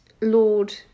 Lord